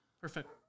Perfect